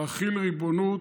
להחיל ריבונות,